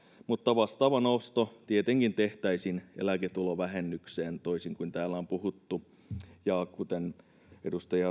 mutta vastaava nosto tietenkin tehtäisiin eläketulovähennykseen toisin kuin täällä on puhuttu kuten edustaja